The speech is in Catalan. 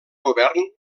govern